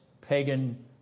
pagan